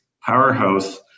powerhouse